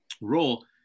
role